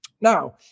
Now